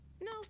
No